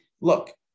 look